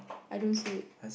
I don't see it